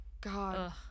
god